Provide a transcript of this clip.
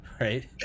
right